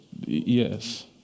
Yes